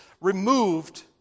removed